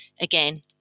again